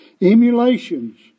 Emulations